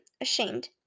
ashamed